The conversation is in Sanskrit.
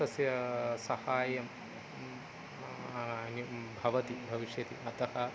तस्य सहाय्यं भवति भविष्यति अतः